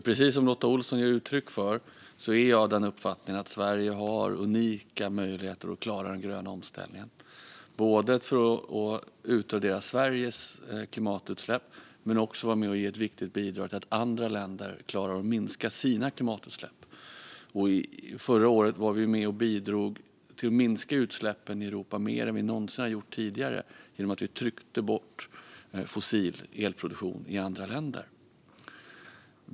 Precis som Lotta Olsson ger uttryck för är jag av uppfattningen att Sverige har unika möjligheter att klara den gröna omställningen, både för att utradera Sveriges klimatutsläpp och för att vara med och ge ett viktigt bidrag till att andra länder klarar att minska sina klimatutsläpp. Förra året var vi med och bidrog till att minska utsläppen i Europa mer än vi någonsin har gjort tidigare genom att vi tryckte bort fossil elproduktion i andra länder.